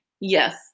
Yes